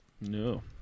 No